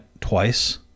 twice